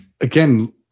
again